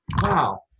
wow